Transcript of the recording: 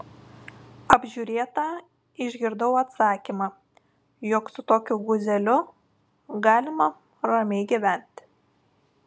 apžiūrėta išgirdau atsakymą jog su tokiu guzeliu galima ramiai gyventi